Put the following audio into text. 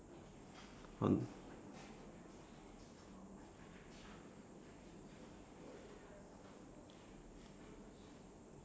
on